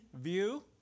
view